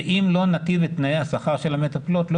ואם לא ניטיב את תנאי השכר של המטפלות לא